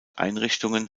einrichtungen